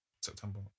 September